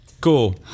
Cool